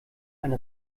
eine